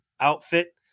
outfit